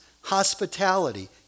hospitality